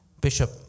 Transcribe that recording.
Bishop